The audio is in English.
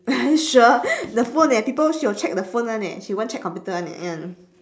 are you sure the phone eh people she will check the phone one eh she won't check computer one eh ya